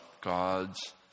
God's